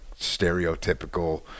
stereotypical